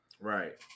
Right